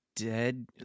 dead